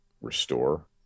restore